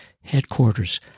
Headquarters